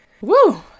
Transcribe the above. Woo